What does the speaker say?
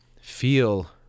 feel